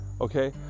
okay